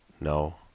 No